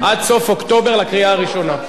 עד סוף אוקטובר לקריאה הראשונה?